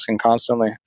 constantly